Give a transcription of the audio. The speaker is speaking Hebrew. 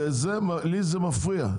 לי זה מפריע.